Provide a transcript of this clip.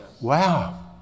wow